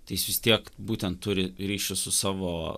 tai jis vis tiek būtent turi ryšį su savo